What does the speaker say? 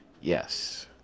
Yes